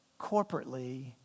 corporately